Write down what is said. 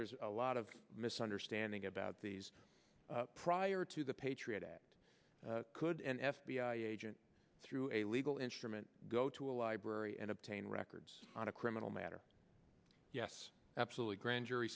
there's a lot of misunderstanding about these prior to the patriot act could an f b i agent through a legal instrument go to a library and obtain records on a criminal matter yes absolutely grand jury